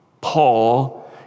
Paul